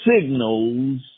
signals